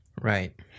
Right